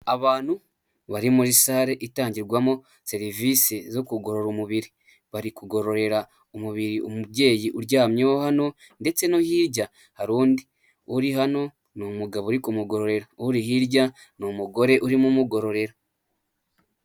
Abantu bari muri sare itangirwamo serivisi zo kugorora umubiri bari kugororera umubiri umubyeyi uryamyeho hano ndetse no hirya hari undi, uri hano ni umugabo uri kumugororera uri hirya n'umugore urimo umugororera.